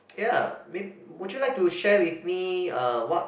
ya may would you like to share with me uh what